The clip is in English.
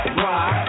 rock